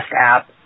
app